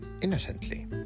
innocently